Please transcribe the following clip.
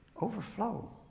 Overflow